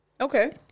Okay